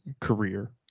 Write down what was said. career